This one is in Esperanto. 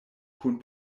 kun